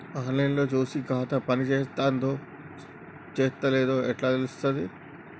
On line లో చూసి ఖాతా పనిచేత్తందో చేత్తలేదో ఎట్లా తెలుత్తది?